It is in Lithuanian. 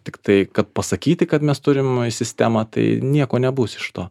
tiktai kad pasakyti kad mes turim sistemą tai nieko nebus iš to